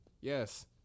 Yes